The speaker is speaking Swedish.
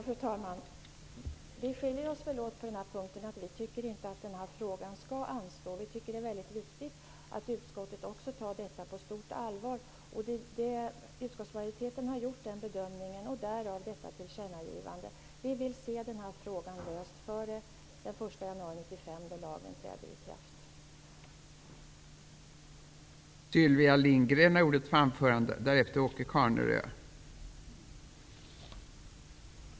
Fru talman! Vi skiljer oss på den här punkten. Vi tycker inte att den här frågan skall anstå. Vi tycker att det är mycket viktigt att utskottet tar även detta på stort allvar. Utskottsmajoriteten har gjort den bedömningen och därav detta tillkännagivande. Vi vill se den här frågan löst före den 1 januari 1995 då lagen träder i kraft.